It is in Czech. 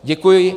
Děkuji.